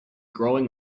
growing